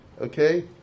Okay